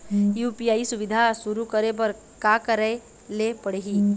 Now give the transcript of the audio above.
UPI सुविधा शुरू करे बर का करे ले पड़ही?